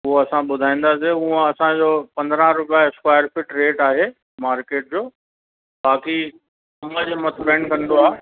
उहा असां ॿुधाईंदासीं उहा असांजो पंद्रहं रुपे स्क्वायर फिट रेट आहे मार्केट जो बाक़ी कम जे मथे डिपेंड कंदो आहे